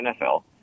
NFL